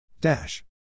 Dash